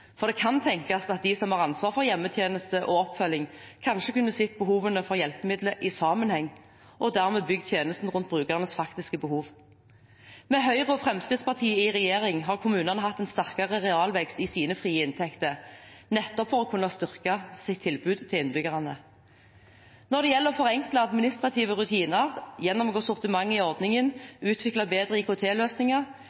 for det kan tenkes at de som har ansvar for hjemmetjeneste og oppfølging, kanskje kunne sett behovet for hjelpemidlene i sammenheng og dermed bygd tjenesten rundt brukernes faktiske behov. Med Høyre og Fremskrittspartiet i regjering har kommunene hatt en sterkere realvekst i sine frie inntekter, nettopp for å kunne styrke sitt tilbud til innbyggerne. Når det gjelder å forenkle administrative rutiner, gjennomgå sortimentet i ordningen